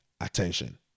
attention